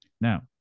Now